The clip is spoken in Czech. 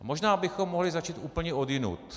Možná bychom mohli začít úplně odjinud.